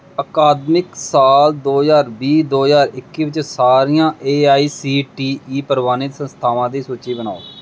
ਅਕਾਦਮਿਕ ਸਾਲ ਦੋ ਹਜ਼ਾਰ ਵੀਹ ਦੋ ਹਜ਼ਾਰ ਇੱਕੀ ਵਿੱਚ ਸਾਰੀਆਂ A I C T E ਪ੍ਰਵਾਨਿਤ ਸੰਸਥਾਵਾਂ ਦੀ ਸੂਚੀ ਬਣਾਓ